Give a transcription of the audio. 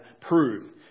prove